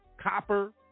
copper